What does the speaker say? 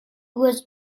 was